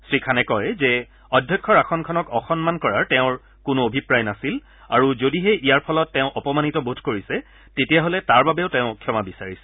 শ্ৰীখানে কয় যে অধ্যক্ষৰ আসনখনক অসন্মান কৰাৰ তেওঁৰ কোনো অভিপ্ৰায় নাছিল আৰু যদিহে ইয়াৰ ফলত তেওঁ অপমানিত বোধ কৰিছে তেতিয়াহলে তাৰ বাবেও তেওঁ ক্ষমা বিচাৰিছে